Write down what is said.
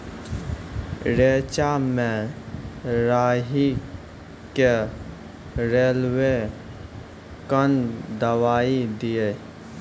रेचा मे राही के रेलवे कन दवाई दीय?